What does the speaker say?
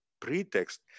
pretext